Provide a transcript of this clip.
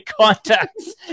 contacts